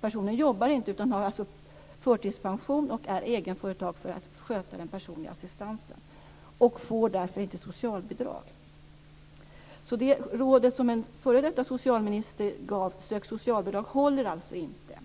Personen jobbar inte utan har alltså förtidspension och är egenföretagare för att kunna sköta den personliga assistansen, och får därför inte socialbidrag. Det råd som en f.d. socialminister gav - sök socialbidrag - håller alltså inte.